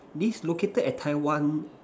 this located at Taiwan